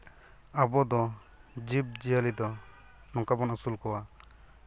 ᱟᱵᱚᱫᱚ ᱡᱤᱵᱽᱼᱡᱤᱭᱟᱹᱞᱤ ᱫᱚ ᱱᱚᱝᱠᱟ ᱵᱚᱱ ᱟᱹᱥᱩᱞ ᱠᱚᱣᱟ